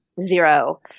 zero